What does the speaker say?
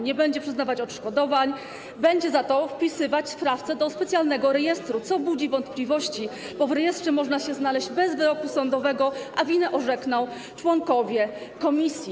Nie będzie przyznawać odszkodowań, będzie za to wpisywać sprawcę do specjalnego rejestru, co budzi wątpliwości, bo w rejestrze można się znaleźć bez wyroku sądowego, a o winie orzekną członkowie komisji.